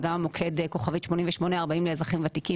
וגם המוקד כוכבית 8840 לאזרחים ותיקים